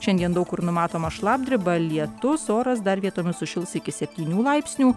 šiandien daug kur numatoma šlapdriba lietus oras dar vietomis sušils iki septynių laipsnių